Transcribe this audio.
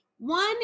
One